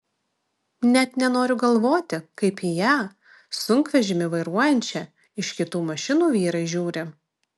net nenoriu galvoti kaip į ją sunkvežimį vairuojančią iš kitų mašinų vyrai žiūri